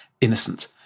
innocent